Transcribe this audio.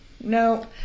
No